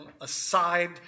aside